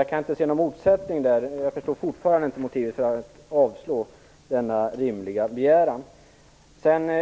Jag kan inte se någon motsättning. Jag förstår fortfarande inte motivet för att avstyrka denna rimliga begäran.